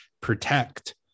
protect